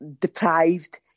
deprived